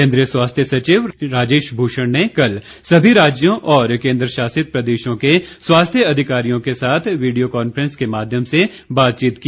कोन्द्रीय स्वास्थ्य सचिव राजेश भूषण ने कल सभी राज्यों और केन्द्र शासित प्रदेशों के स्वास्थ्य अधिकारियों के साथ वीडियो कॉन्फ्रेंस के माध्यम से बातचीत की